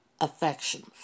affections